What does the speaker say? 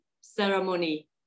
ceremony